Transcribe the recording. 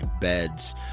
beds